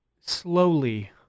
slowly